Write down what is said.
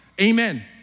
Amen